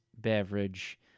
Beverage